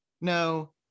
no